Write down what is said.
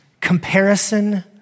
Comparison